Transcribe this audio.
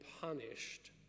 punished